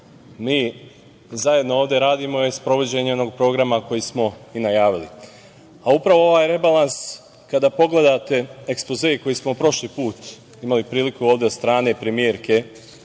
mi zajedno ovde radimo je sprovođenje jednog programa koji smo i najavili. Upravo ovaj rebalans, kada pogledate ekspoze koji smo prošli put imali priliku od strane premijerke